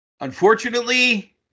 Unfortunately